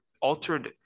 altered